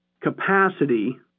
capacity